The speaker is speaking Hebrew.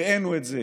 הראינו את זה